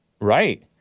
right